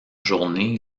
journée